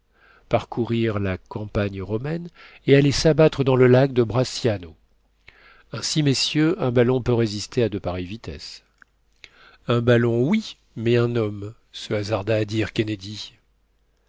parcourir la campagne romaine et aller s'abattre dans le lac de bracciano ainsi messieurs un ballon peut résister à de pareilles vitesses un ballon oui mais un homme se hasarda à dire kennedy